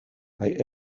kaj